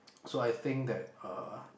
so I think that uh